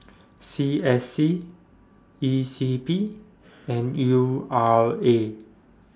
C S C E C P and U R A